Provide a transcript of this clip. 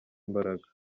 imbaraga